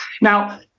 Now